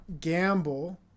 gamble